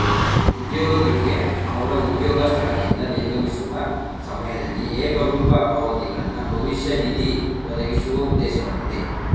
ಉದ್ಯೋಗಿಗಳ್ಗೆ ಅವ್ರ ಉದ್ಯೋಗ ಸ್ಥಳದಿಂದ ನಿರ್ಗಮಿಸುವ ಸಮಯದಲ್ಲಿ ಏಕರೂಪ ಪಾವತಿಗಳನ್ನ ಭವಿಷ್ಯ ನಿಧಿ ಒದಗಿಸುವ ಉದ್ದೇಶವಾಗಿದೆ